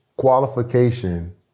qualification